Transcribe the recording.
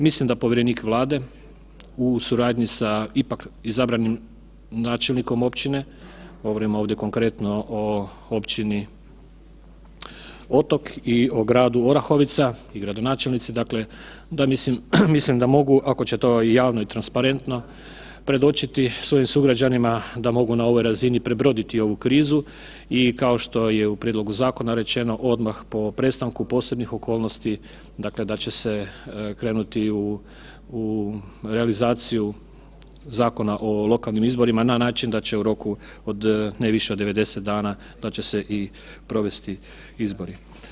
Mislim da povjerenik Vlade u suradnji sa ipak izabranim načelnikom općine, govorim ovdje konkretno o općini Otok i o gradu Orahovica i gradonačelnici dakle, mislim da mogu ako će to i javno i transparentno predočiti svojim sugrađanima da mogu na ovoj razini prebroditi ovu krizu i kao što je u prijedlogu zakona rečeno odmah po prestanku posebnih okolnosti, dakle da će se krenuti u realizaciju Zakona o lokalnim izborima na način da će u roku ne više od 90 dana da će se i provesti izbori.